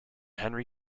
henry